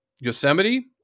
Yosemite